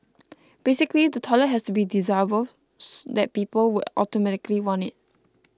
basically the toilet has to be so desirable that people would automatically want it